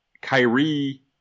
Kyrie